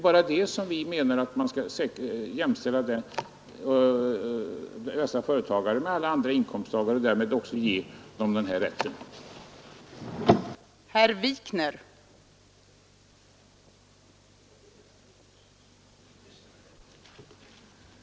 Vi menar bara att man skall jämställa dessa företag med alla andra inkomsttagare, och därmed också ge dem rätt att göra detta avdrag.